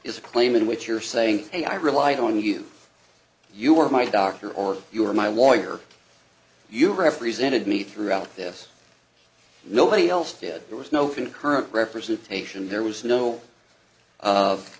a claim in which you're saying hey i relied on you you were my doctor or you were my lawyer you represented me throughout this nobody else did there was no concurrent representation there was no of